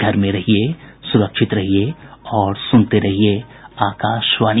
घर में रहिये सुरक्षित रहिये और सुनते रहिये आकाशवाणी